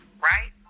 right